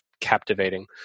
captivating